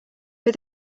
but